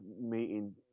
meeting